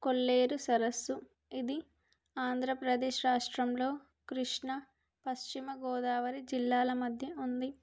కొల్లేరు సరస్సు ఇది ఆంధ్రప్రదేశ్ రాష్ట్రంలో కృష్ణ పశ్చిమ గోదావరి జిల్లాల మధ్య ఉంది